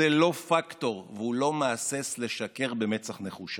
זו התנצלות צינית חסרת כל משמעות וכל אחריות,